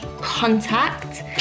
contact